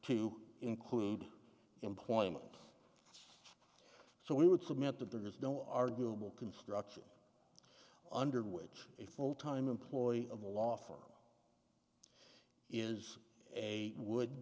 to include employment so we would submit that there is no arguable construction under which a full time employee of a law firm is a would